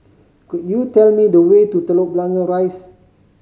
could you tell me the way to Telok Blangah Rise